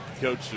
Coach